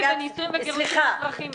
בנישואים וגירושים אזרחיים במדינת ישראל.